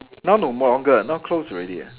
now no more longer now closed already ah